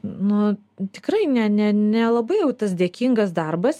nu tikrai ne ne nelabai jau tas dėkingas darbas